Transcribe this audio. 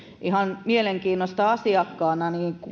ihan mielenkiinnosta asiakkaana